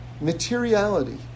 Materiality